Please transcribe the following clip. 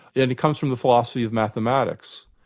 and it comes from the philosophy of mathematics.